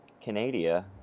Canada